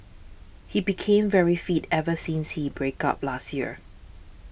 he became very fit ever since he break up last year